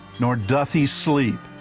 nor doth he sleep.